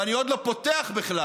ואני עוד לא פותח בכלל,